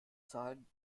zahlen